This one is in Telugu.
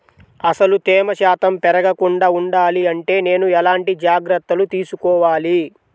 అసలు తేమ శాతం పెరగకుండా వుండాలి అంటే నేను ఎలాంటి జాగ్రత్తలు తీసుకోవాలి?